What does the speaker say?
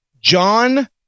John